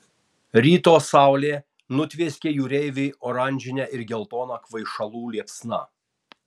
ryto saulė nutvieskė jūreivį oranžine ir geltona kvaišalų liepsna